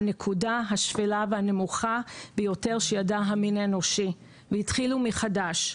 הנקודה הנמוכה והשפלה ביותר שידע המין האנושי והתחילו מחדש.